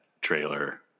trailer